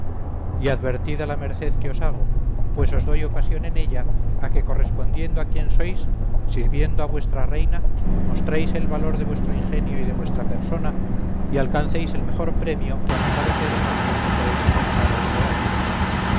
y advertid a la merced que os hago pues os doy ocasión en ella a que correspondiendo a quien sois sirviendo a vuestra reina mostréis el valor de vuestro ingenio y de vuestra persona y alcancéis el mejor premio que a mi parecer vos mismo podéis acertar a desearos